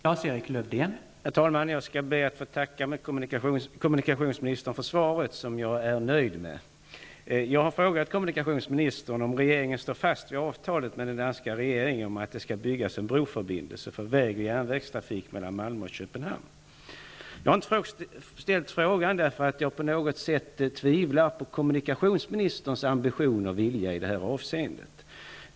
Herr talman! Jag skall be att få tacka kommunikationsministern för svaret som jag är nöjd med. Jag har frågat kommunikationsministern om regeringen står fast vid avtalet med den danska regeringen om att det skall byggas en broförbindelse för väg och järnvägstrafik mellan Jag har inte ställt frågan därför att jag på något sätt tvivlar på kommunikationsministerns ambitioner och vilja i det här avseendet.